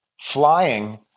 flying